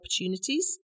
opportunities